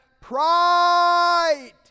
Pride